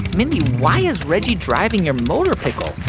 mindy, why is reggie driving your motorpickle?